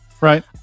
right